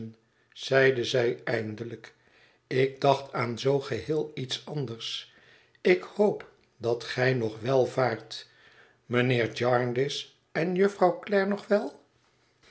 zeide zij eindelijk ik dacht aan zoo geheel iets anders ik hoop dat gij nog wel vaart mijnheer jarndyce en jufvrouw gare nog wel